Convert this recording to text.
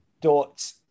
Dot